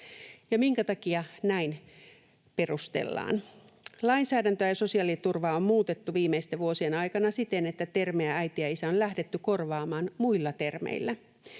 minkä takia näin, perustellaan: ”Lainsäädäntöä ja sosiaaliturvaa on muutettu viimeisten vuosien aikana siten, että termejä äiti ja isä on lähdetty korvaamaan muilla termeillä.